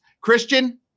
Christian